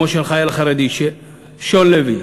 אמו של החייל החרדי שון לוי,